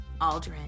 Aldrin